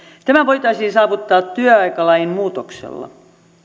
tämä voitaisiin saavuttaa työaikalain muutoksella